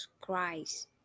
cries